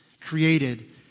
Created